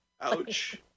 Ouch